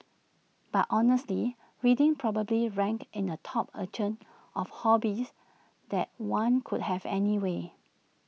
but honestly reading probably ranks in the top echelon of hobbies that one could have anyway